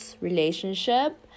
relationship